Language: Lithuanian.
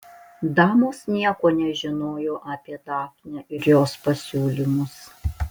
damos nieko nežinojo apie dafnę ir jos pasiūlymus